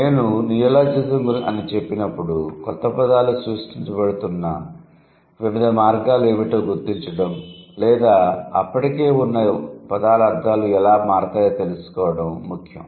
నేను నియోలాజిజం అని చెప్పినప్పుడు క్రొత్త పదాలు సృష్టించబడుతున్న వివిధ మార్గాలు ఏమిటో గుర్తించడం లేదా అప్పటికే ఉన్న పదాల అర్థాలు ఎలా మారతాయో తెలుసుకోవడం ముఖ్యం